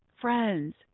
Friends